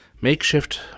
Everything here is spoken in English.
makeshift